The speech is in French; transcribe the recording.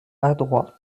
adroit